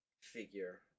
figure